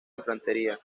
infantería